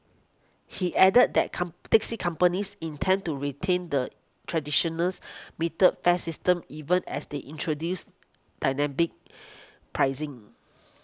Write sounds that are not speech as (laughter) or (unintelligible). he added that come taxi companies intend to retain the traditional (unintelligible) metered fare system even as they introduce dynamic pricing